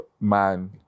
man